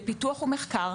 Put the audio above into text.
לפיתוח ומחקר,